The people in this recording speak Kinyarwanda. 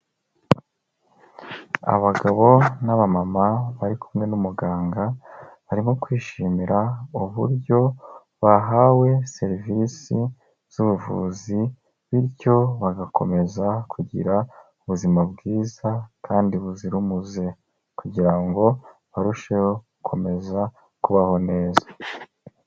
Abagabo n'abamama bari kumwe n'umuganga, barimo kwishimira uburyo bahawe serivisi z'ubuvuzi bityo bagakomeza kugira ubuzima bwiza kandi buzira umuze kugira ngo barusheho gukomeza kubaho neza.